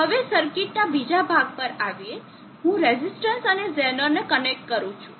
હવે સર્કિટના બીજા ભાગ પર આવીને હું રેઝિસ્ટન્સ અને ઝેનરને કનેક્ટ કરું છું